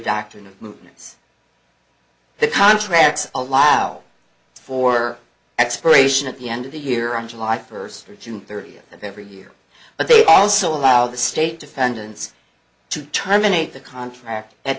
movements the contracts allow for exploration at the end of the year on july first or june thirtieth of every year but they also allow the state defendants to terminate the contract at